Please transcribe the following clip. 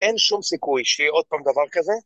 ‫אין שום סיכוי שיהיה עוד פעם ‫דבר כזה?